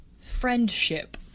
Friendship